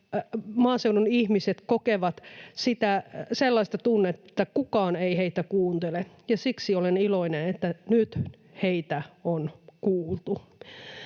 maaseudun ihmiset kokevat sellaista tunnetta, että kukaan ei heitä kuuntele, ja siksi olen iloinen, että nyt heitä on kuultu.